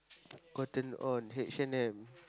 Cotton-On H-and-M